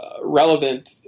relevant